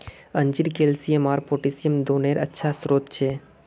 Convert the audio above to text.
अंजीर कैल्शियम आर पोटेशियम दोनोंरे अच्छा स्रोत छे